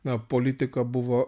na politika buvo